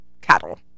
cattle